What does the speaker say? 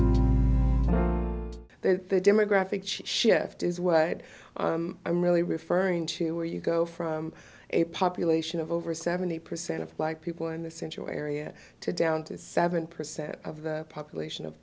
seattle the demographic shift is what i'm really referring to where you go from a population of over seventy percent of black people in the central area to down to seven percent of the population of